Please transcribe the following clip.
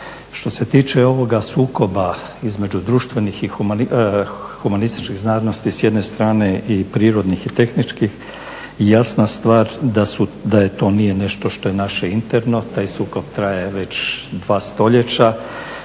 Što se tiče ovoga sukoba između društvenih i humanističkih znanosti, s jedne strane i prirodnih i tehničkih, jasna stvar da to nije nešto što je naše interno, taj sukob traje već 2 stoljeća